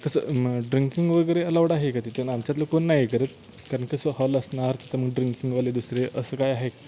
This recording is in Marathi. तसं मग ड्रिंकिंग वगैरे अलाऊड आहे का तिथे ना आमच्यातले कोण नाही करत कारण कसं हॉल असणार तर मग ड्रिंकिंगवाले दुसरे असं काय आहे